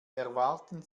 erwarten